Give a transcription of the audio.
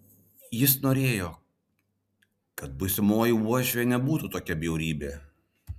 jis norėjo kad būsimoji uošvė nebūtų tokia bjaurybė